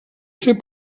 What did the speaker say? ser